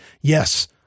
Yes